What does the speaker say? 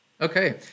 Okay